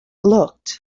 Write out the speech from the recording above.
looked